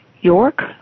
York